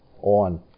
on